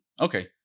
Okay